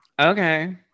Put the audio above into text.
Okay